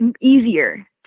easier